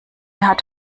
hat